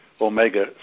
Omega